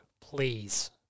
Please